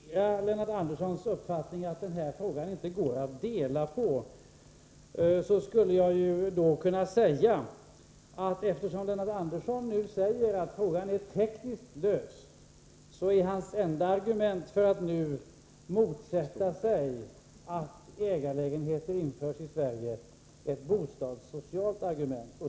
Herr talman! Skulle jag acceptera Lennart Anderssons uppfattning att denna fråga inte går att dela upp, skulle jag kunna säga: Eftersom Lennart Andersson nu påstår att frågan är tekniskt löst, är hans enda argument för att nu motsätta sig att ägarlägenheter införs i Sverige ett bostadssocialt argument.